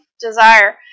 desire